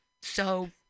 So-